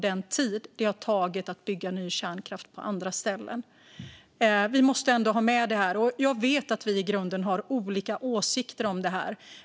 Den tid det har tagit att bygga ny kärnkraft på andra ställen har ju varit ett problem. Vi måste ändå ha det med oss här. Jag vet att vi i grunden har olika åsikter om det här.